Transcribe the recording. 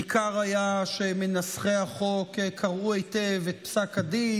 ניכר היה שמנסחי החוק קראו היטב את פסק הדין,